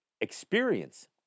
experience